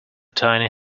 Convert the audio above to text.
tiny